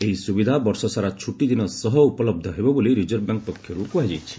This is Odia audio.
ଏହି ସୁବିଧା ବର୍ଷସାରା ଛୁଟିଦିନ ସହ ଉପଲହ୍ଧ ହେବ ବୋଲି ରିଜର୍ଭ ବ୍ୟାଙ୍କ୍ ପକ୍ଷରୁ କୁହାଯାଇଛି